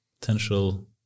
potential